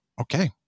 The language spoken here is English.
okay